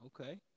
Okay